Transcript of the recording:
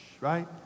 right